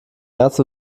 herz